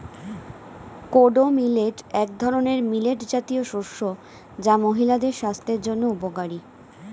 kodo millet এক ধরনের millet জাতীয় শস্য যা মহিলাদের স্বাস্থ্যের জন্য উপকারী